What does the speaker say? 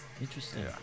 Interesting